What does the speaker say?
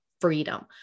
Freedom